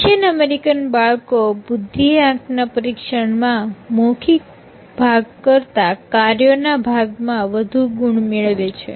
Asian American બાળકો બુદ્ધિ આંક ના પરીક્ષણ માં મૌખિક ભાગ કરતા કાર્યોના ભાગમાં વધુ ગુણ મેળવે છે